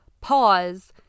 pause